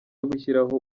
gushyiraho